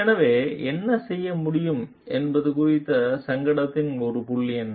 எனவே என்ன செய்ய முடியும் என்பது குறித்து சங்கடத்தின் ஒரு புள்ளி என்ன